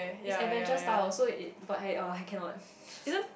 it's adventure style so it but I oh I cannot